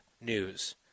news